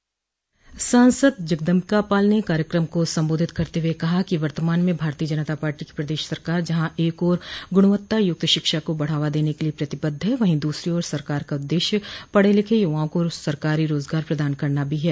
सांसद जगदम्बिका पाल ने कार्यक्रम को संबोधित करते हुए कहा कि वर्तमान में भारतीय जनता पार्टी की प्रदेश सरकार जहां एक ओर गुणवत्ता युक्त शिक्षा को बढ़ावा देने के लिये प्रतिबद्ध है वहीं दूसरी ओर सरकार का उद्देश्य पढ़े लिखे युवाओं को सरकारी रोजगार प्रदान करना भी है